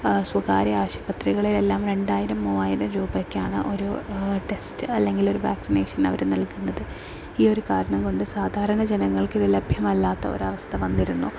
സ്വകാര്യ ആശുപത്രികളിലെല്ലാം രണ്ടായിരം മൂവായിരം രൂപക്കാണ് ഒരു ടെസ്റ്റ് അല്ലെങ്കിൽ ഒരു വാസിനേഷൻ നൽകുന്നത് ഈ ഒരു കാരണം കൊണ്ട് സാധാരണ ജനങ്ങൾക്ക് ഇത് ലഭ്യമല്ലാത്ത ഒരവസ്ഥ വന്നിരുന്നു